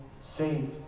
saved